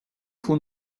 von